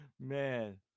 Man